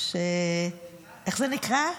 איך זה נקרא?